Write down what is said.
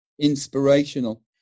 inspirational